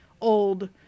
old